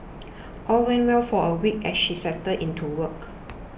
all went well for a week as she settled into work